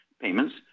payments